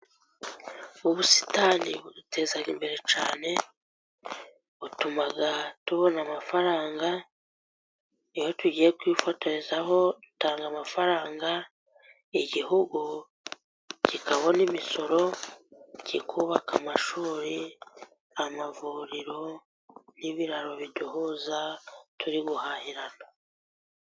Ubusitani buduteza imbere cyane, butuma tubona amafaranga. Iyo tugiye kwifotorezaho dutanga amafaranga. Igihugu kikabona imisoro, kikubaka amashuri, amavuriro, n'ibiraro biduhuza turi guhahirana.